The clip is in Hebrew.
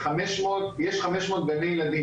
יש חמשות מאות גני ילדים,